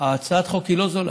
הצעת החוק היא לא זולה.